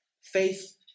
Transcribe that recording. Faith